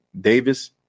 davis